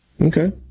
Okay